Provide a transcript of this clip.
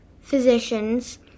physicians